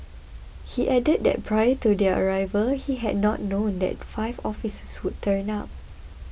he added that prior to their arrival he had not known that five officers would turn up